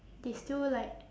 they still like